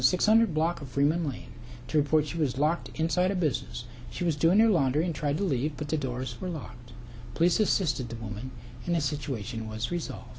the six hundred block of freeman lee to report she was locked inside a business she was doing their laundry and tried to leave but the doors were locked police assisted living in a situation was resolved